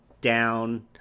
down